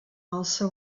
alça